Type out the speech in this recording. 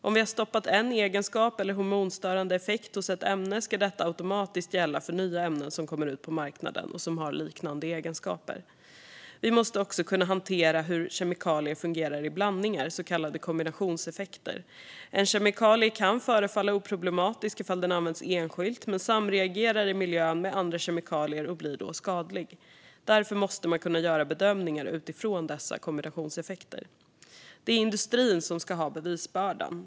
Om man har stoppat en egenskap eller hormonstörande effekt hos ett ämne ska detta automatiskt gälla för nya ämnen som kommer ut på marknaden och som har liknande egenskaper. Vi måste också kunna hantera hur kemikalier fungerar i blandningar, så kallade kombinationseffekter. En kemikalie kan förefalla oproblematisk ifall den används enskilt, men samreagera i miljön med andra kemikalier och då bli skadlig. Därför måste man kunna göra bedömningar utifrån dessa kombinationseffekter. Det är industrin som ska ha bevisbördan.